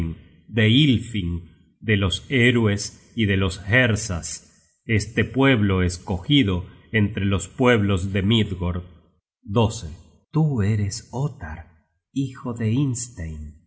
de los héroes y de los hersas este pueblo escogido entre los pueblos de midgord tú eres ottar hijo de